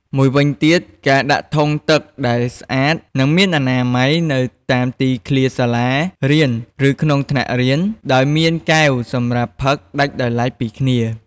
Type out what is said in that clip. មួយវិញទៀតការដាក់ធុងទឹកដែលស្អាតនិងមានអនាម័យនៅតាមទីធ្លាសាលារៀនឬក្នុងថ្នាក់រៀន ដោយមានកែវសម្រាប់ផឹកដាច់ដោយឡែកពីគ្នា។